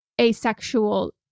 asexual